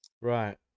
Right